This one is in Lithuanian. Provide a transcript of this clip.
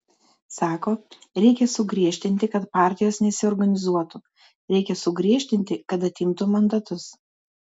sako reikia sugriežtinti kad partijos nesiorganizuotų reikia sugriežtinti kad atimtų mandatus